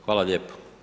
Hvala lijepo.